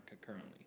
currently